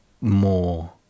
more